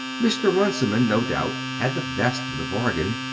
mr. runciman, no doubt, had the best of the bargain,